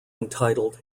entitled